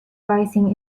rising